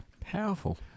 Powerful